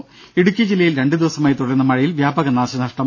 ദര ഇടുക്കി ജില്ലയിൽ രണ്ട് ദിവസമായി തുടരുന്ന മഴയിൽ വ്യാപക നാശനഷ്ടം